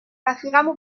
رفیقمو